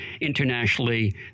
internationally